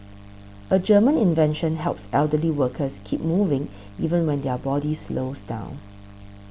a German invention helps elderly workers keep moving even when their body slows down